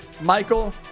Michael